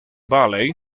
valley